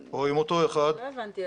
או עם אותו אחד ש --- לא הבנתי,